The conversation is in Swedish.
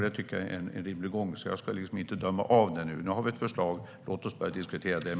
Det tycker jag är en rimlig gång, så jag ska inte döma av detta nu. Nu har vi ett förslag, och låt oss börja diskutera det.